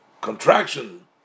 contraction